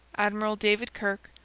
admiral david kirke,